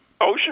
Ocean